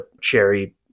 cherry